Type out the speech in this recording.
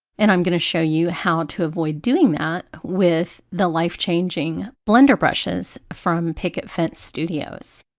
and i'm going to show you how to avoid doing that with the life changing blender brushes from picket fence studios.